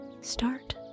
Start